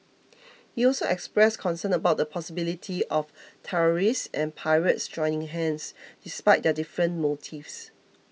he also expressed concern about the possibility of terrorists and pirates joining hands despite their different motives